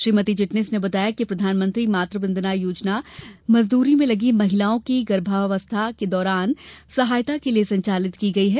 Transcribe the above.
श्रीमती चिटनिस ने बताया कि प्रधानमंत्री मातृ वंदना योजना मजदूरी में लगी महिलाओं की गर्भावस्था के दौरान सहायता के लिए संचालित की गई है